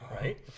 right